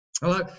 Hello